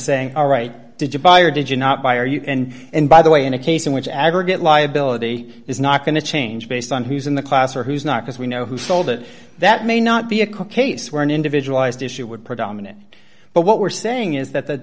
saying all right did you buy or did you not buy or you and and by the way in a case in which aggregate liability is not going to change based on who's in the class or who's not because we know who sold it that may not be a cook a sworn individual ised issue would predominate but what we're saying is that the